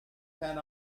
can